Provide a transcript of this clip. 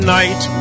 night